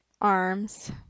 arms